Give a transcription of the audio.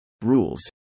rules